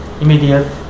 immediate